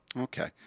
Okay